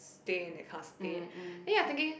stay in that kind of state then you are thinking